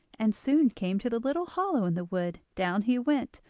and soon came to the little hollow in the wood down he went,